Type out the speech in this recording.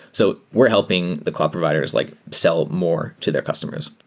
so we're helping the cloud providers like sell more to their customers.